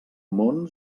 món